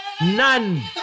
None